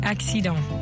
Accident